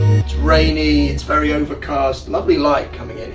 it's rainy, it's very overcast, lovely light coming in